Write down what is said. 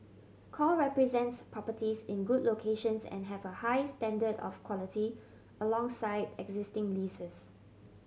core represents properties in good locations and have a high standard of quality alongside existing leases